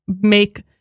make